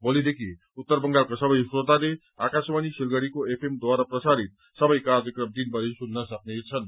भोलिदेखि उत्तर बंगालका सबै श्रोताले आकाशवाणी सिलगढीको एफएमद्वारा प्रसारित सबै कार्यक्रम दिनमरि सुन्न सक्नेछन्